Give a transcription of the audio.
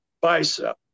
bicep